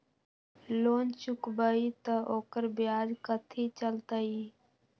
Loan चुकबई त ओकर ब्याज कथि चलतई?